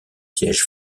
sièges